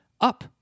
Up